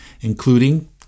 including